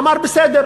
אמר: בסדר.